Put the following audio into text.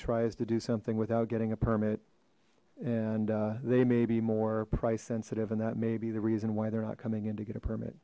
tries to do something without getting a permit and they may be more price sensitive and that may be the reason why they're not coming in to get a permit